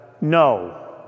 no